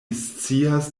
scias